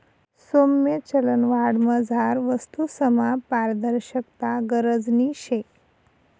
सौम्य चलनवाढमझार वस्तूसमा पारदर्शकता गरजनी शे